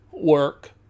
work